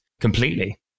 completely